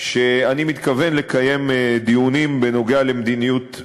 גם אם נעזוב רגע את הטיעון שזו הארץ שלנו,